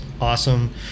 awesome